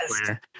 player